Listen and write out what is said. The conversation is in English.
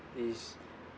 is